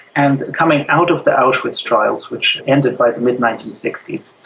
and coming out of the auschwitz trials, which ended by the mid nineteen sixty s,